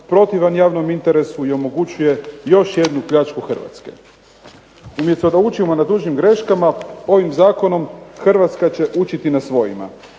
protivan javnom interesu i omogućuje još jednu pljačku Hrvatske. Umjesto da učimo na tuđim greškama ovim zakonom Hrvatska će učiti na svojima.